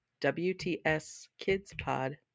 WTSKIDSPOD